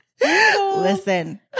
Listen